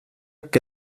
que